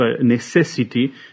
necessity